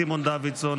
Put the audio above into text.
סימון דוידסון,